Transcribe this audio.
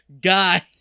guy